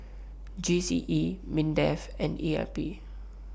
G C E Mindef and E R P